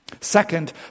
Second